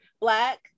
Black